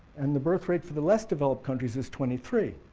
and the birthrate for the less developed countries is twenty three,